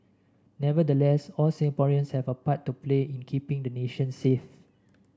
nevertheless all Singaporeans have a part to play in keeping the nation safe